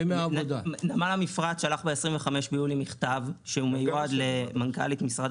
נמל המפרץ שלח ב-25 ביולי מכתב שמיועד למנכ"לית משרד